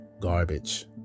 garbage